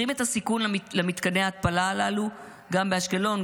את הסיכון למתקני ההתפלה הללו גם באשקלון,